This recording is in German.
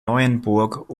neuenburg